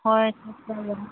ꯍꯣꯏ